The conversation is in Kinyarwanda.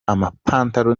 amapantaro